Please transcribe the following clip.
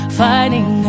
fighting